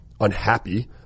unhappy